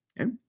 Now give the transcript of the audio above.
Okay